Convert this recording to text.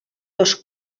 dos